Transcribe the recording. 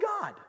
God